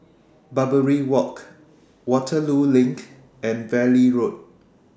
Barbary Walk Waterloo LINK and Valley Road